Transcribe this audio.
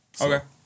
Okay